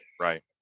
Right